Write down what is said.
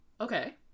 Okay